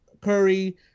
Curry